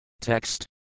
Text